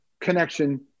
connection